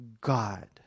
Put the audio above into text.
God